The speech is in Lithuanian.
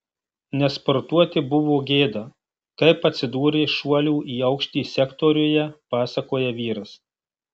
nesportuoti buvo gėda kaip atsidūrė šuolių į aukštį sektoriuje pasakoja vyras